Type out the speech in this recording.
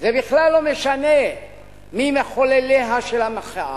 זה בכלל לא משנה מי מחולליה של המחאה.